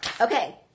Okay